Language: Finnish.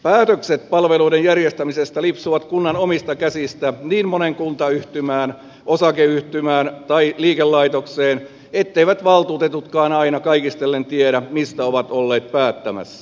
päätökset palveluiden järjestämisestä lipsuvat kunnan omista käsistä niin moneen kuntayhtymään osakeyhtiöön tai liikelaitokseen etteivät valtuutetutkaan aina kaikistellen tiedä mistä ovat olleet päättämässä